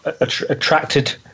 attracted